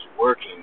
working